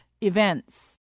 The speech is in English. Events